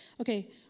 Okay